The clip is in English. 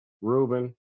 Ruben